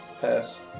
Pass